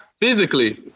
physically